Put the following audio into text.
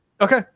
Okay